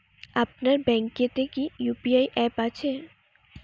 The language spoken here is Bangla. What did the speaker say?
আপনার ব্যাঙ্ক এ তে কি ইউ.পি.আই অ্যাপ আছে?